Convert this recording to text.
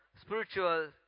spiritual